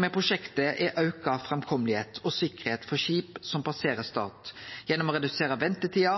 med prosjektet er auka framkomsttilhøve og sikkerheit for skip som passerer Stad, og gjennom det redusere ventetida,